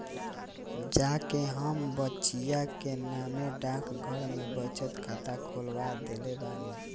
जा के हम बचिया के नामे डाकघर में बचत खाता खोलवा देले बानी